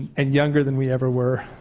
and younger than we ever were.